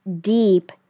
deep